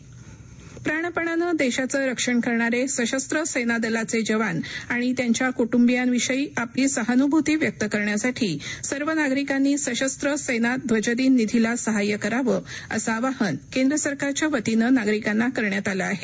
ध्वजदिन निधी प्राणपणानं देशाचं रक्षण करणारे सशस्त्र सेना दलाचे जवान आणि त्यांच्या कु िियांविषयी आपली सहानुभूती व्यक्त करण्यासाठी सर्व नागरिकांनी सशस्व सेना ध्वज दिन निधीला सहाय्य करावं असं आवाहन केंद्र सरकारच्या वतीनं नागरिकांना करण्यात आलं आहे